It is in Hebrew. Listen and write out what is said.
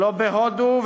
לא בהודו,